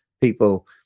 people